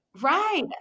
Right